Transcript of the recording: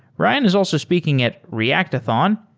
ryan is also speaking at reactathon,